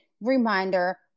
reminder